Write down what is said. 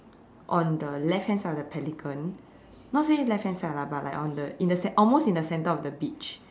on the left hand side of the pelican not say left hand side lah but like on the in the almost in the center of the beach